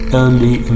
early